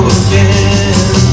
again